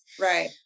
Right